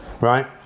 right